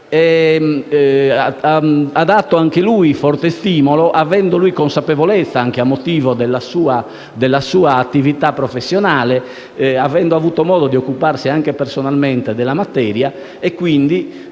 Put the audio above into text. Ha dato anche lui un forte stimolo, avendo egli consapevolezza del tema, anche a motivo della sua attività professionale, e avendo avuto modo di occuparsi anche personalmente della materia. Egli